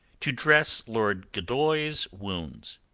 to dress lord gildoy's wounds.